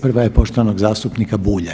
Prva je poštovanog zastupnika Bulja.